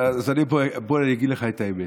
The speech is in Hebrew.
בוא אני אגיד לך את האמת.